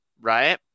right